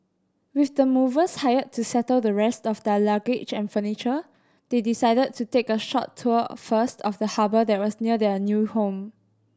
with the movers hired to settle the rest of their luggage and furniture they decided to take a short tour first of the harbour that was near their new home